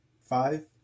five